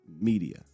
media